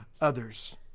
others